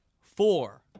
four